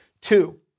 Two